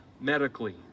medically